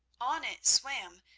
on it swam,